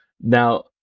Now